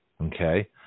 okay